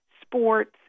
sports